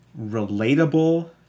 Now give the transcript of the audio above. relatable